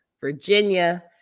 Virginia